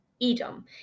Edom